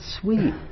sweet